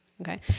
Okay